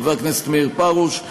חבר הכנסת מאיר פרוש,